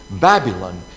Babylon